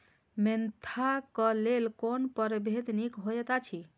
Mentha क लेल कोन परभेद निक होयत अछि?